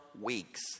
weeks